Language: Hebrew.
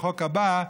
בחוק הבא.